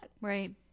Right